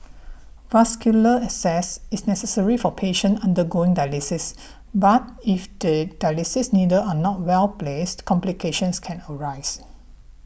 vascular access is necessary for patient undergoing dialysis but if the dialysis needle are not well placed complications can arise